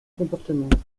comportement